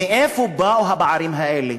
מאיפה באו הפערים האלה?